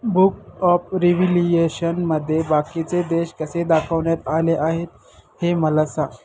book of रिव्हिलिएशनमध्ये बाकीचे देश कसे दाखवण्यात आले आहेत हे मला सांग